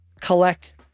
collect